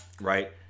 right